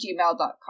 gmail.com